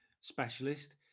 specialist